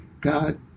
God